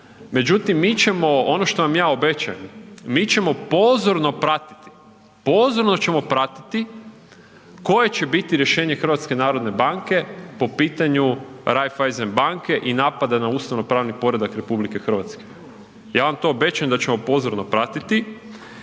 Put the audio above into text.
Međutim, mi ćemo ono što vam ja obećajem mi ćemo pozorno pratiti, pozorno ćemo pratiti koje će biti rješenje Hrvatske narodne banke po pitanju Raiffeisen banke i napada na ustavnopravni poredak Republike Hrvatske. Ja vam to obećajem da ćemo pozorno pratiti.